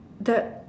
that